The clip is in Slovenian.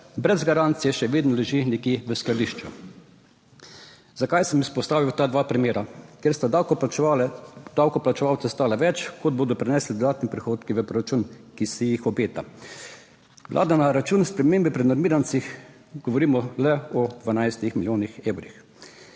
brez garancije še vedno leži nekje v skladišču. Zakaj sem izpostavil ta dva primera? Ker sta davkoplačevalce stala več, kot bodo prinesli dodatni prihodki v proračun, ki si jih obeta. Vlada na račun spremembe pri normirancih, govorimo le o 12 milijonih evrih.